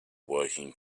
working